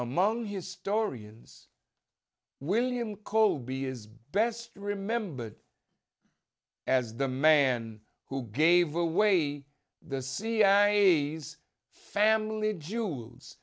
among historians william colby is best remembered as the man who gave away the cia's family jew